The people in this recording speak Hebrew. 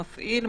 מפעיל,